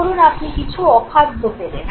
ধরুন আপনি কিছু অখাদ্য পেলেন